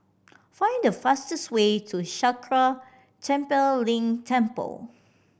find the fastest way to Sakya Tenphel Ling Temple